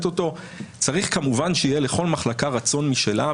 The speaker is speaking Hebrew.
צריך כמובן שיהיה לכל מחלקה רצון משלה,